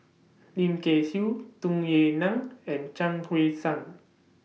Lim Kay Siu Tung Yue Nang and Chuang Hui Tsuan